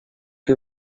que